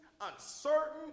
uncertain